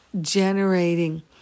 generating